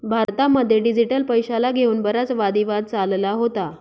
भारतामध्ये डिजिटल पैशाला घेऊन बराच वादी वाद चालला होता